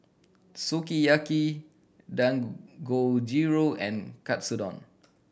Sukiyaki Dangojiru and Katsudon